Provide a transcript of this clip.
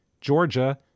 Georgia